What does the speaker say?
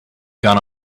gone